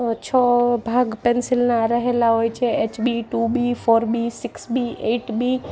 છ ભાગ પેન્સિલના રહેલા હોય છે HB two B four B six B eight B